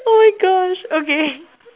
oh my gosh okay